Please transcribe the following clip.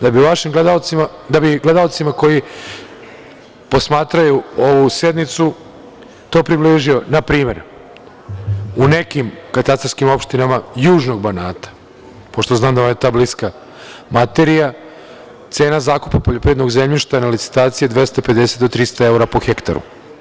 Da bi gledaocima koji posmatraju ovu sednicu to približio, na primer, u nekim katastarskim opštinama južnog Banata, pošto znam da vam je ta materija bliska, cena zakupa poljoprivrednog zemljišta na licitaciji je 250 do 300 evra po hektaru.